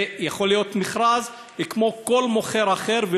זה יכול להיות מכרז כמו של כל מוכר אחר,